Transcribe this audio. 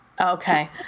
Okay